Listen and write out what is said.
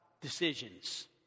decisions